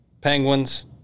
Penguins